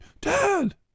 Dad